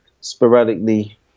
sporadically